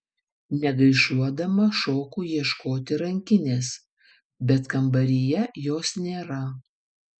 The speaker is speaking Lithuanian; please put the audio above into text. negaišuodama šoku ieškoti rankinės bet kambaryje jos nėra